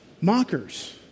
mockers